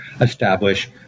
establish